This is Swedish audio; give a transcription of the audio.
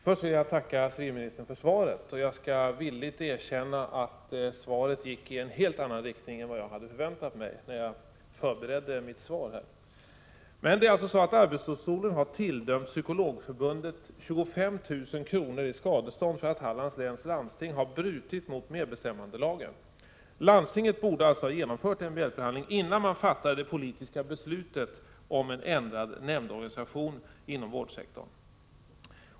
Herr talman! Först vill jag tacka civilministern för svaret. Jag skall villigt erkänna att svaret gick i en helt annan riktning än jag hade förväntat mig när jag förberedde mitt inlägg här. Det är alltså så, att arbetsdomstolen har tilldömt Sveriges Psykologförbund 25 000 kr. i skadestånd därför att Hallands läns landsting har brutit mot medbestämmandelagen. Landstinget borde således ha genomfört MBL förhandling innan det politiska beslutet fattades om en ändrad nämndorganisation inom vårdsektorn.